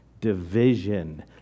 division